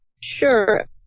Sure